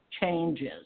changes